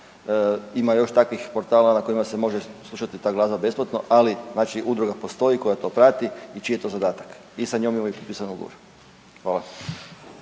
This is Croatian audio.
ima još takvih portala na kojima se može slušati ta glazba besplatno, ali znači udruga postoji koja to prati i čiji je to zadatak i sa njom je uvijek potpisan ugovor. Hvala.